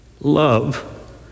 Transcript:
love